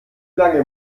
lange